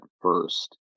first